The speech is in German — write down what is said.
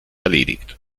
erledigt